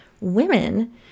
women